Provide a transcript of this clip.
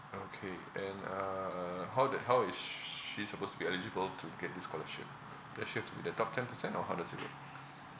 okay and uh how the how is sh~ she supposed to be eligible to get this scholarship does she have to be the top ten percent or how does it work